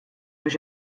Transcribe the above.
biex